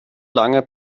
lange